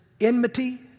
enmity